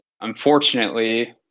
unfortunately